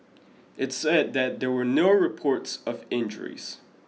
it said that there were no reports of injuries